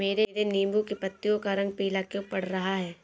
मेरे नींबू की पत्तियों का रंग पीला क्यो पड़ रहा है?